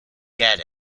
get